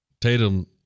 Tatum